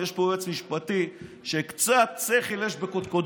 אם יש פה יועץ משפטי שקצת שכל יש בקודקודו,